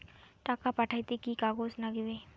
টাকা পাঠাইতে কি কাগজ নাগীবে?